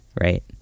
Right